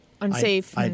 Unsafe